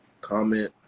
comment